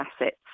assets